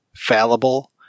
fallible